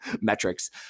metrics